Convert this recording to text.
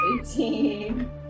Eighteen